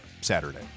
Saturday